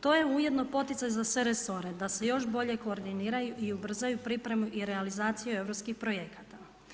To je ujedinio i poticaj za sve resore da se još bolje koordiniraju i ubrzaju pripremu i realizaciju europskih projekata.